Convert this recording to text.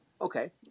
Okay